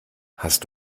hast